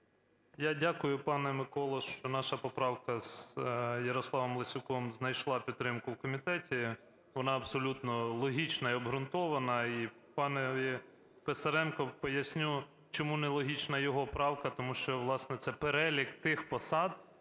Я дякую пане Миколо, що наша поправка з Ярославом Лесюком знайшла підтримку в комітеті, вона абсолютно логічна і обґрунтована. І пану Писаренку поясню, чому нелогічна його правка, тому що, власне, це перелік тих посад,